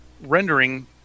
rendering